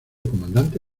comandante